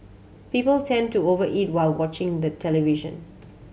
people tend to over eat while watching the television